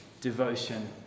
Devotion